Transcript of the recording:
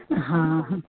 हा हा